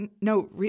no